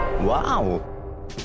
Wow